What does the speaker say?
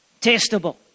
Testable